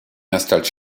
installent